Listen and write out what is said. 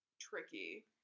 tricky